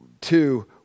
Two